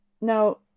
Now